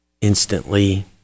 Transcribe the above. instantly